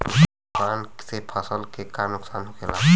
तूफान से फसल के का नुकसान हो खेला?